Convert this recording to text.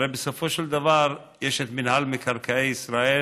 הרי בסופו של דבר יש את מינהל מקרקעי ישראל,